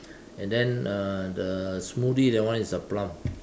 and then uh the smoothie that one is the plum